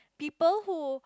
people who